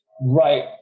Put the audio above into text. right